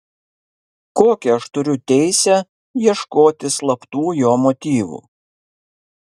kokią aš turiu teisę ieškoti slaptų jo motyvų